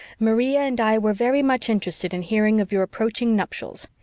maria and i were very much interested in hearing of your approaching nuptials.